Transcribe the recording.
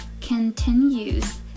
continues